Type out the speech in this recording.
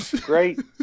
great